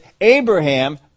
Abraham